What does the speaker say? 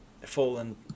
fallen